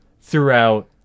throughout